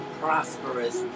prosperous